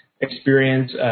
experience